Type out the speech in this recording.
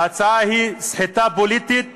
ההצעה היא סחיטה פוליטית בזויה,